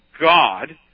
God